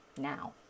now